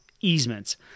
easements